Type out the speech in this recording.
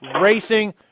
Racing